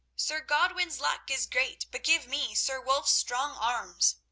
sir godwin's luck is great, but give me sir wulf's strong arms.